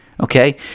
Okay